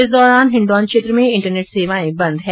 इस दौरान हिंडौन क्षेत्र में इंटरनेट सेवाए बंद है